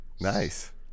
Nice